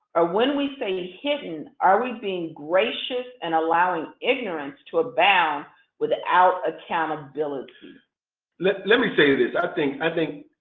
or when we say hidden, are we being gracious and allowing ignorance to abound without accountability let let me say this, i think i think